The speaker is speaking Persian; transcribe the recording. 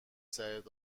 سرت